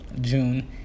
June